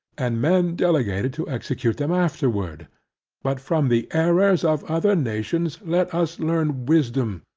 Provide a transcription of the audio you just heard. and men delegated to execute them afterwards but from the errors of other nations, let us learn wisdom,